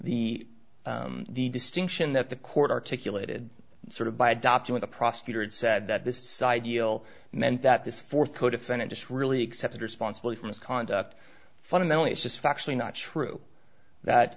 the the distinction that the court articulated sort of by adopting the prosecutor and said that this ideal meant that this fourth codefendant just really accepted responsibility for misconduct fundamentally it's just factually not true that